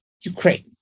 Ukraine